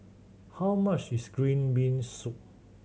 how much is green bean soup